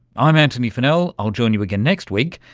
i'm antony funnell, i'll join you again next week.